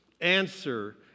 answer